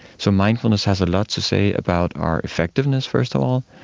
so mindfulness has a lot to say about our effectiveness, first of all,